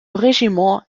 régiment